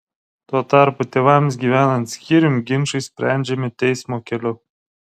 tuo tarpu tėvams gyvenant skyrium ginčai sprendžiami teismo keliu